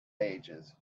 ages